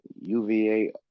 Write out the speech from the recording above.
UVA